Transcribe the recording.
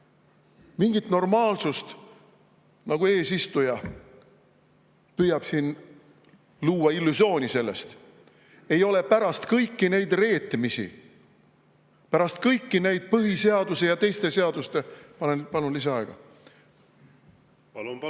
Mingit normaalsust, nagu eesistuja püüab siin illusiooni luua, ei ole pärast kõiki neid reetmisi, pärast kõiki neid põhiseaduse ja teiste seaduste … Palun lisaaega. Palun-palun!